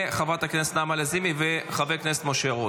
חברת הכנסת נעמה לזימי וחבר הכנסת משה רוט.